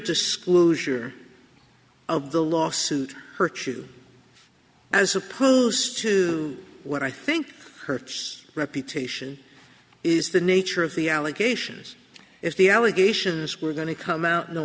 disclosure of the lawsuit hurt you as opposed to what i think hurts reputation is the nature of the allegations if the allegations were going to come out no